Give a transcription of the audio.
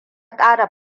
ƙara